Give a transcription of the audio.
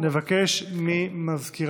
קבוצת סיעת